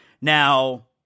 Now